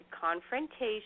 confrontation